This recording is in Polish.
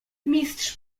mistrz